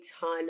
ton